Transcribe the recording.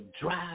drive